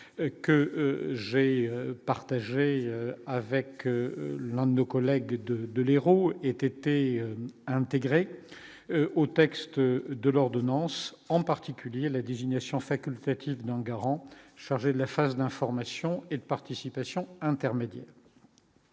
que j'ai partagé avec l'un de nos collègues de de l'Hérault était intégrée au texte de l'ordonnance en particulier la désignation facultatif dans garant, chargé de la phase d'information et de participation intermédiaire,